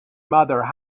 mother